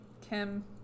Kim